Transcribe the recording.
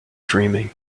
dreaming